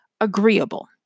agreeable